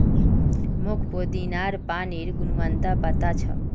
मोक पुदीनार पानिर गुणवत्ता पता छ